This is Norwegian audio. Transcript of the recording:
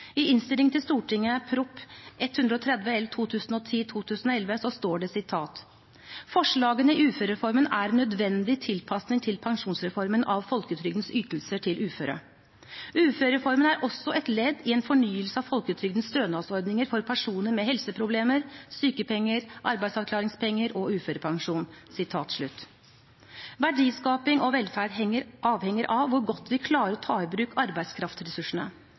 I innstillingen til Prop. 130 L for 2010–2011 står det: «Forslagene er en nødvendig tilpasning til pensjonsreformen av folketrygdens ytelser til uføre. Uførereformen er også et ledd i en fornyelse av folketrygdens stønadsordninger for personer med helseproblemer: sykepenger, arbeidsavklaringspenger og uførepensjon.» Verdiskaping og velferd avhenger av hvor godt vi klarer å ta i bruk arbeidskraftressursene.